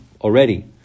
already